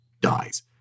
dies